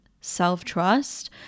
self-trust